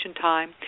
time